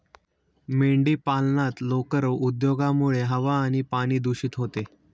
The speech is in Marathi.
मेंढीपालनात लोकर उद्योगामुळे हवा आणि पाणी दूषित होते